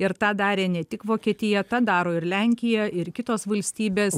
ir tą darė ne tik vokietija tą daro ir lenkija ir kitos valstybės